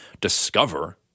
discover